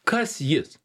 kas jis